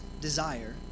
desire